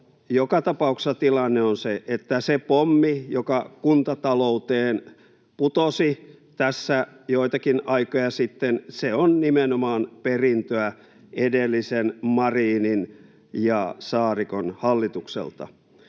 joka tapauksessa tilanne on se, että se pommi, joka kuntatalouteen putosi tässä joitakin aikoja sitten, on nimenomaan perintöä edelliseltä, Marinin ja Saarikon hallitukselta.